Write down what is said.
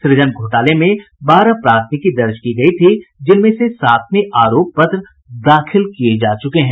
सृजन घोटाले में बारह प्राथमिकी दर्ज की गई थी जिनमें से सात में आरोप पत्र दाखिल किये जा चुके हैं